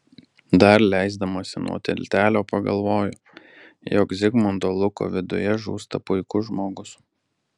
dar leisdamasi nuo tiltelio pagalvoju jog zigmundo luko viduje žūsta puikus žmogus